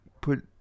put